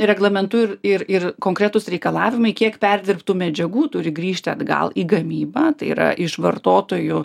reglamentu ir ir konkretūs reikalavimai kiek perdirbtų medžiagų turi grįžti atgal į gamybą tai yra iš vartotojų